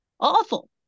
Awful